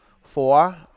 Four